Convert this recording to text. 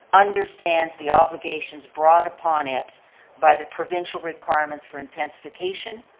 understands the obligations brought upon it by the provincial requirements for intensification,